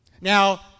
Now